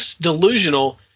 delusional